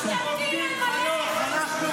משתמטים, אנחנו בוגדים, חנוך.